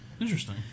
Interesting